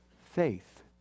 faith